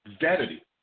vanity